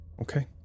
Okay